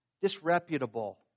Disreputable